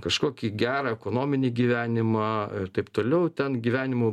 kažkokį gerą ekonominį gyvenimą ir taip toliau ten gyvenimo